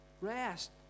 rest